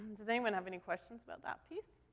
does anyone have any questions about that piece?